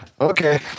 Okay